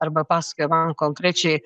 arba pasakojo man konkrečiai